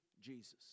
Jesus